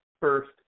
first